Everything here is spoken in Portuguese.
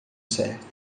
certo